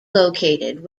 located